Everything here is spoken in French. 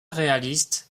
réaliste